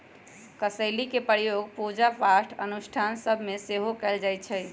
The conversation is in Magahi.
कसेलि के प्रयोग पूजा पाठ अनुष्ठान सभ में सेहो कएल जाइ छइ